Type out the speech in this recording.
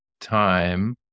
time